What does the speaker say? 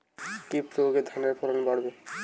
কি প্রয়গে ধানের ফলন বাড়বে?